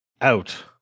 out